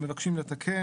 הם מבקשים לתקן.